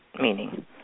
meaning